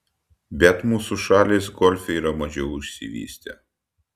bet mūsų šalys golfe yra mažiau išsivystę